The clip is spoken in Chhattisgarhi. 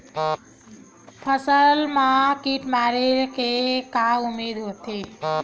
फसल मा कीट मारे के का उदिम होथे?